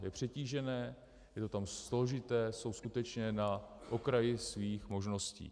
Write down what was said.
Je přetížené, je to tam složité, jsou skutečně na okraji svých možností.